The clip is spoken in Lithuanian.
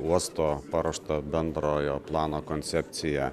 uosto paruošta bendrojo plano koncepcija